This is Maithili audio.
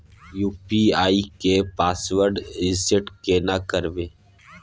यु.पी.आई के पासवर्ड रिसेट केना करबे?